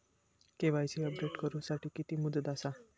KYC update करू साठी किती मुदत आसा?